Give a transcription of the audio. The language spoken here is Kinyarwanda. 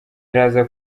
araza